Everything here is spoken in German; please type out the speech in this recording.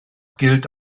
gilt